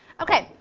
okay,